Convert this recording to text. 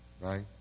right